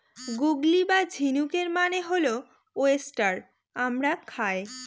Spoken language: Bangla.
গুগলি বা ঝিনুকের মানে হল ওয়েস্টার আমরা খাই